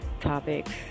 topics